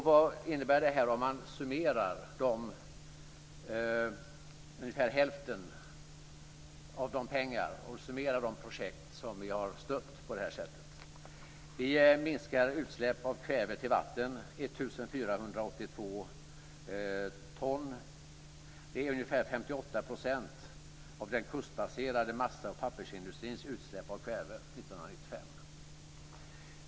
Vad innebär det här om man summerar ungefär hälften av de projekt som vi har stött på det här sättet? Vi minskar utsläpp av kväve till vatten med 1 482 ton. Det är ungefär 58 % av den kustbaserade massa och pappersindustrins utsläpp av kväve 1995.